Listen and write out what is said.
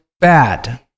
bad